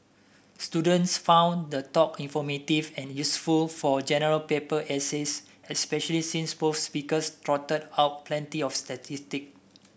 students found the talk informative and useful for General Paper essays especially since both speakers trotted out plenty of statistic